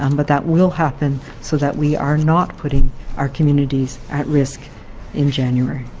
um but that will happen so that we are not putting our communities at risk in january.